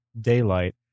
daylight